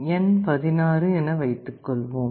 n 16 என வைத்துக் கொள்வோம்